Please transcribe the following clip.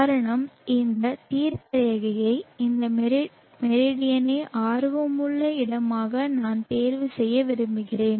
காரணம் இந்த தீர்க்கரேகையை இந்த மெரிடியனை ஆர்வமுள்ள இடமாக நான் தேர்வு செய்ய விரும்புகிறேன்